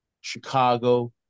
Chicago